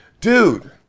dude